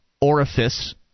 orifice